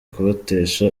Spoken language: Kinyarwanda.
kubatesha